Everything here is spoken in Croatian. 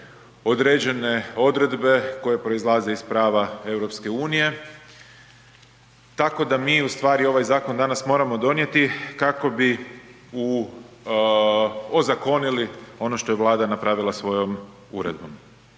određene odredbe koje proizlaze iz prava EU, tako da mi ustvari ovaj zakon danas moramo donijeti kako bi ozakonili ono što je Vlada napravila svojom uredbom.